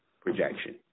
projection